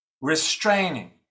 restraining